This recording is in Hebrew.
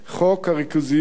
חוק הריכוזיות,